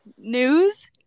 News